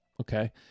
Okay